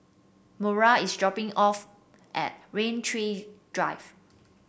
Mora is dropping off at Rain Tree Drive